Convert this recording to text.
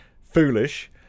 foolish